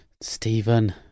Stephen